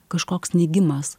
kažkoks neigimas